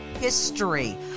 history